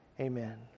Amen